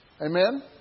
Amen